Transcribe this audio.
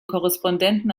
korrespondenten